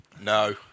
No